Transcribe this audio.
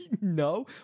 no